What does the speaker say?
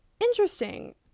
interesting